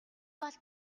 бол